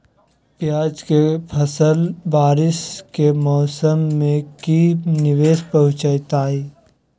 प्याज के फसल बारिस के मौसम में की निवेस पहुचैताई?